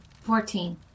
fourteen